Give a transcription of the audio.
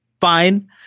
fine